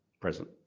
present